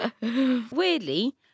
Weirdly